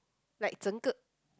like 整个